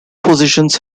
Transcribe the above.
positioned